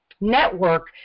network